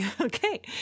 Okay